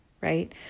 right